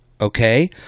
Okay